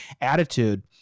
attitude